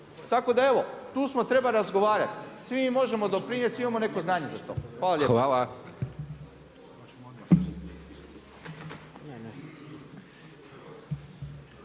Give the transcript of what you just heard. Tako da evo, tu smo treba razgovarati. Svi mi možemo doprinijeti, svi mi imamo neko znanje za to. Hvala